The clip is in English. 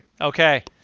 Okay